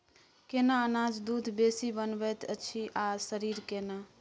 केना अनाज दूध बेसी बनबैत अछि आ शरीर केना?